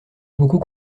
beaucoup